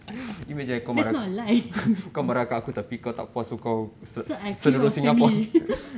that's not a lie so I killed your family